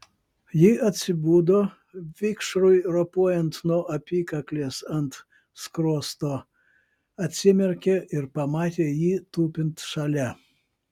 ji atsibudo vikšrui ropojant nuo apykaklės ant skruosto atsimerkė ir pamatė jį tupint šalia